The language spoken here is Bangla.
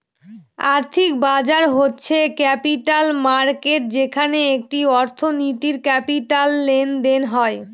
আর্থিক বাজার হচ্ছে ক্যাপিটাল মার্কেট যেখানে একটি অর্থনীতির ক্যাপিটাল লেনদেন হয়